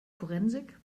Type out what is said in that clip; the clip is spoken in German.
forensik